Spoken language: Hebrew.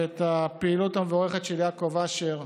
ואת הפעילות המבורכת של יעקב אשר,